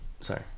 Sorry